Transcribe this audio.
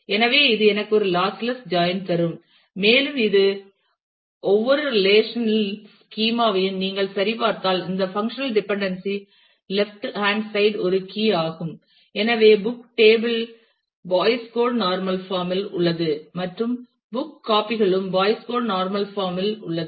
எனவே இது எனக்கு ஒரு லாஸ்லெஸ் ஜாயின் தரும் மேலும் இந்த ஒவ்வொரு ரெலேஷனல் ஸ்கீமா ஐயும் நீங்கள் சரிபார்த்தால் இந்த functional dependency left hand side ஒரு கீ ஆகும் எனவே book table Boyce Codd normal form இல் உள்ளது மற்றும் புக் காபி களும் நார்மல் பாம் இல் உள்ளது